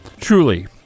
Truly